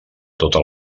totes